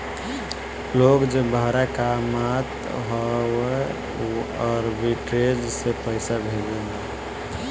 लोग जे बहरा कामत हअ उ आर्बिट्रेज से पईसा भेजेला